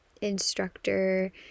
instructor